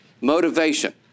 motivation